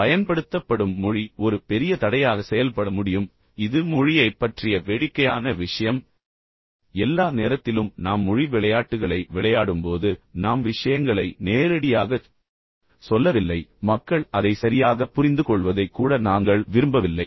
பின்னர் பயன்படுத்தப்படும் மொழி ஒரு பெரிய தடையாக செயல்பட முடியும் இது மொழியைப் பற்றிய வேடிக்கையான விஷயம் உங்களுக்குத் தெரியும் எல்லா நேரத்திலும் நாம் மொழி விளையாட்டுகளை விளையாடும்போது நாம் விஷயங்களை நேரடியாகச் சொல்லவில்லை மக்கள் அதை சரியாகப் புரிந்துகொள்வதை கூட நாங்கள் விரும்பவில்லை